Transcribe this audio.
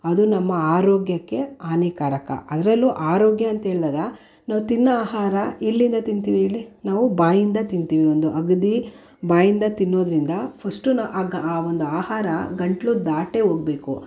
ಅದು ನಮ್ಮ ಆರೋಗ್ಯಕ್ಕೆ ಹಾನಿಕಾರಕ ಅದರಲ್ಲೂ ಆರೋಗ್ಯ ಅಂತ್ಹೇಳಿದಾಗ ನಾವು ತಿನ್ನೋ ಆಹಾರ ಎಲ್ಲಿಂದ ತಿಂತೀವಿ ಹೇಳಿ ನಾವು ಬಾಯಿಂದ ತಿಂತೀವಿ ಒಂದು ಅಗಿದು ಬಾಯಿಂದ ತಿನ್ನೋದರಿಂದ ಫಸ್ಟು ನಾ ಆ ಗ ಆ ಒಂದು ಆಹಾರ ಗಂಟಲು ದಾಟೇ ಹೋಗ್ಬೇಕು